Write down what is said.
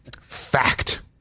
Fact